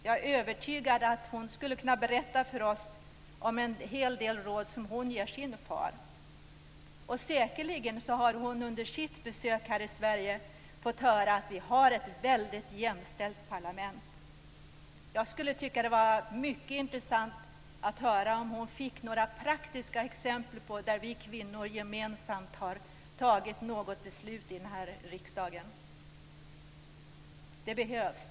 Jag är övertygad om att hon skulle kunna berätta för oss om en hel del råd som hon ger sin far. Säkerligen har hon under sitt besök här i Sverige fått höra att vi har ett väldigt jämställt parlament. Jag skulle tycka att det vore mycket intressant att höra om hon fått några praktiska exempel på att vi kvinnor gemensamt har tagit något beslut här i riksdagen. Det skulle behövas.